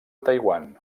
taiwan